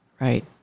right